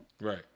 Right